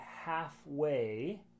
halfway